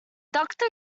doctor